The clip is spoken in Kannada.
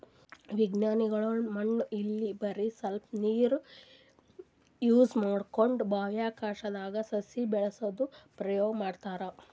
ವಿಜ್ಞಾನಿಗೊಳ್ ಮಣ್ಣ್ ಇಲ್ದೆ ಬರಿ ಸ್ವಲ್ಪೇ ನೀರ್ ಯೂಸ್ ಮಾಡ್ಕೊಂಡು ಬಾಹ್ಯಾಕಾಶ್ದಾಗ್ ಸಸಿ ಬೆಳಸದು ಪ್ರಯೋಗ್ ಮಾಡ್ತಾರಾ